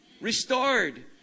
restored